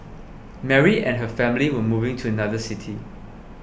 Mary and her family were moving to another city